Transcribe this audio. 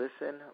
listen